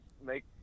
Make